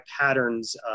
patterns